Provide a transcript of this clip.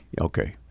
Okay